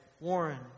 Warren